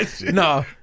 No